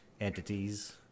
entities